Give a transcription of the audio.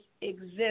exist